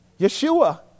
Yeshua